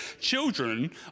children